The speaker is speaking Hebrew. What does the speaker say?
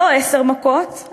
לא עשר מכות,